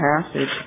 passage